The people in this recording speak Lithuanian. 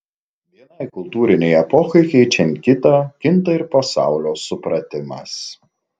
vienai kultūrinei epochai keičiant kitą kinta ir pasaulio supratimas